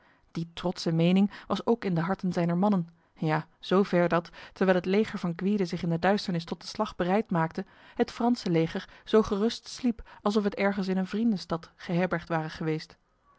die trotse mening was ook in de harten zijner mannen ja zo ver dat terwijl het leger van gwyde zich in de duisternis tot de slag bereid maakte het franse leger zo gerust sliep alsof het ergens in een vriendenstad geherbergd ware geweest